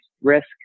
risk